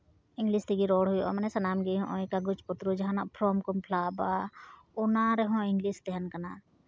English ᱛᱮᱜᱮ ᱨᱚᱲ ᱦᱩᱭᱩᱜᱼᱟ ᱢᱟᱱᱮ ᱥᱟᱱᱟᱢ ᱜᱮ ᱦᱚᱸᱜᱼᱚᱭ ᱠᱟᱜᱚᱡᱽᱼᱯᱚᱛᱨᱚ ᱡᱟᱦᱟᱸᱱᱟᱜ ᱯᱷᱨᱚᱢ ᱠᱚᱢ ᱯᱷᱤᱞᱟᱯᱟ ᱚᱱᱟ ᱨᱮᱦᱚᱸ ᱤᱝᱞᱤᱥ ᱛᱟᱦᱮᱱ ᱠᱟᱱᱟ